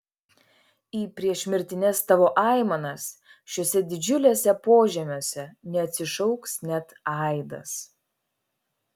į priešmirtines tavo aimanas šiuose didžiuliuose požemiuose neatsišauks net aidas